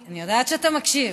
אני יודעת שאתה מקשיב.